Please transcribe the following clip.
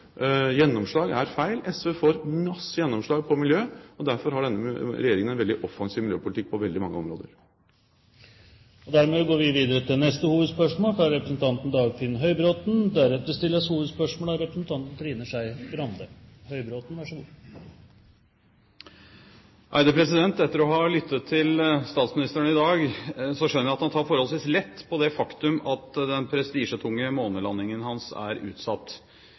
gjennomslag, er feil. SV får masse gjennomslag på miljø, og derfor har denne regjeringen en veldig offensiv miljøpolitikk på veldig mange områder. Vi går videre til neste hovedspørsmål. Etter å ha lyttet til statsministeren i dag skjønner jeg at han tar forholdsvis lett på det faktum at den prestisjetunge månelandingen hans er utsatt.